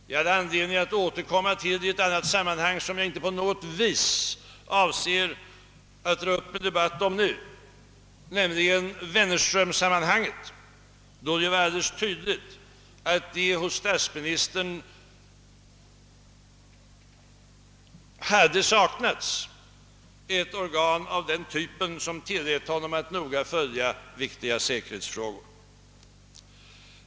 Jag hade anledning att återkomma till samma sak i ett annat sammanhang, som jag inte på något vis nu avser att dra upp debatt om, nämligen Wennerströmaffären. Då var det alldeles tydligt att det hos statsministern hade saknats ett organ av en typ som tillät honom att noggrant följa viktiga säkerhetsfrågor.